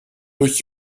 durch